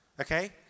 okay